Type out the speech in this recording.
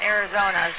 Arizona